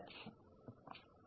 അതിനാൽ ഇതാണ് ഞങ്ങളുടെ പിവറ്റ് പി